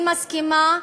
אני מסכימה.